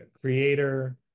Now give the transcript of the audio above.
creator